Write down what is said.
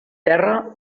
terra